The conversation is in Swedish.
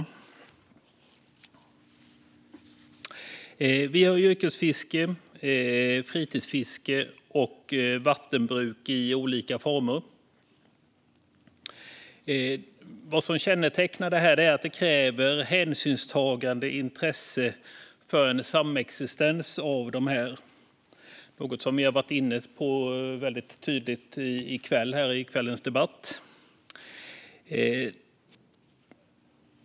Det finns olika former av yrkesfiske, fritidsfiske och vattenbruk. Det som kännetecknar dem är att de kräver hänsynstagande mellan olika intressen som ska samexistera. Det är något som vi har varit inne på tidigare här i kvällens debatt.